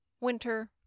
winter